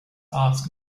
ask